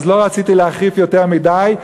לא רציתי להרחיב יותר מדי,